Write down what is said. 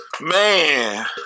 Man